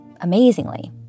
amazingly